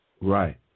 Right